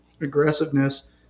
aggressiveness